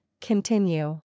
Continue